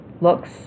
looks